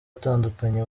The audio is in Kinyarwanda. atandukanye